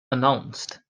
announced